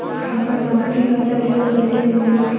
अगर नौकरी ह त ऋण कैसे मिली?